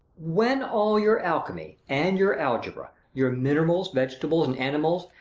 when all your alchemy, and your algebra, your minerals, vegetals, and animals,